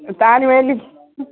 Thanuveli